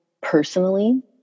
personally